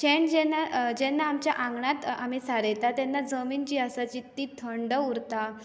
शेण जेन्ना जेन्ना आमी आमच्या आंगणांत आमी सारयतात तेन्ना जमीन जी आसा ती थंड उरता